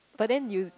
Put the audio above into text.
but then you